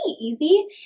easy